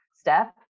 step